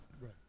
Right